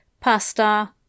pasta